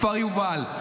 כפר יובל,